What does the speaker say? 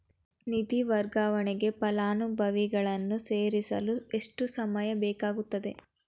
ನಿಧಿ ವರ್ಗಾವಣೆಗೆ ಫಲಾನುಭವಿಗಳನ್ನು ಸೇರಿಸಲು ಎಷ್ಟು ಸಮಯ ಬೇಕಾಗುತ್ತದೆ?